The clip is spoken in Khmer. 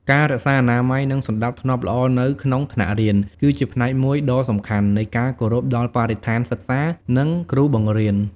ការរក្សាអនាម័យ និងសណ្ដាប់ធ្នាប់ល្អនៅក្នុងថ្នាក់រៀន គឺជាផ្នែកមួយដ៏សំខាន់នៃការគោរពដល់បរិស្ថានសិក្សា និងគ្រូបង្រៀន។